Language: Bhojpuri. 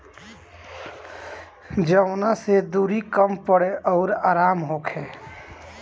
जवना से दुरी कम पड़े अउर आराम होखे